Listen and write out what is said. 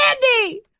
candy